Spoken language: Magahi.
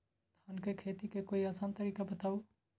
धान के खेती के कोई आसान तरिका बताउ?